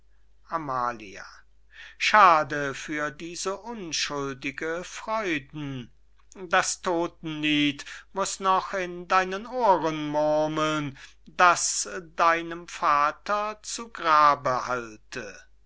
amalia schade für diese unschuldige freuden das todtenlied muß noch in deinen ohren murmeln das deinem vater zu grabe hallte